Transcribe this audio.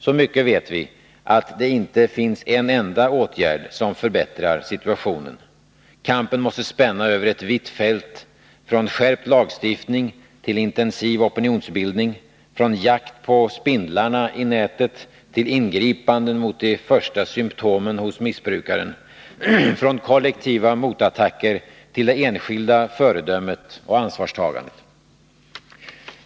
Så mycket vet vi att inte en åtgärd kan förbättra situationen. Kampen måste spänna över ett vitt fält från skärpt lagstiftning till intensiv opinionsbildning, från jakt på spindlarna i nätet till ingripanden mot de första symtomen hos missbrukaren, från kollektiva motattacker till det enskilda föredömet och ansvarstagandet.